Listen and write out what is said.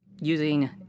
using